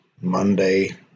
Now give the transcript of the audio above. Monday